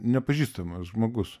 nepažįstamas žmogus